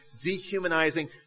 dehumanizing